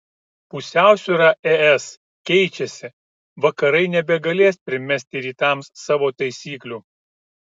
pusiausvyra es keičiasi vakarai nebegalės primesti rytams savo taisyklių